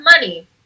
money